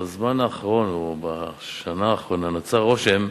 בזמן האחרון, או בשנה האחרונה נוצר רושם,